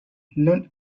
known